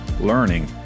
learning